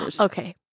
Okay